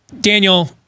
Daniel